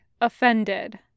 offended